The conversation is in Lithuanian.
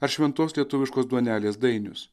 ar šventos lietuviškos duonelės dainius